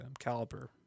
caliper